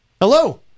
Hello